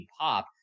pop